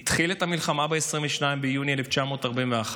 הוא התחיל את המלחמה ב-22 ביוני 1941,